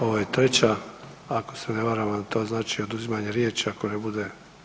Ovo je treća, ako se ne varam pa vam to znači oduzimanje riječi ako ne bude…